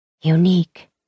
Unique